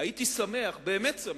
הייתי שמח, באמת שמח,